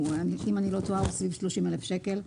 אם אני לא טועה, הוא סביב 30 אלף שקלים.